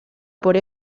por